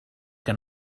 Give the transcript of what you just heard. que